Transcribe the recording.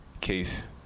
case